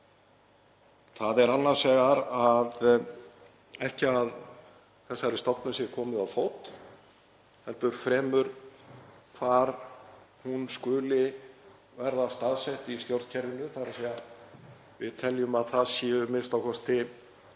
Það er annars vegar ekki að þessari stofnun sé komið á fót heldur fremur hvar hún skuli vera staðsett í stjórnkerfinu. Við teljum að það séu a.m.k.